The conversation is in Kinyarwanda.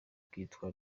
kwitwa